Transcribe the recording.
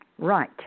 Right